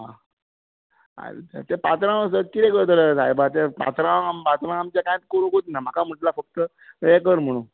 ते पात्रांव आमचे कितें करतले सायबा ते पात्रांव पात्रांव आमच्या कांयच करुकूच ना म्हाका म्हणटला फकत हें कर म्हणून